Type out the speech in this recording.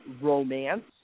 romance